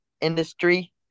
industry